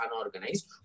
unorganized